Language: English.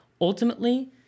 ultimately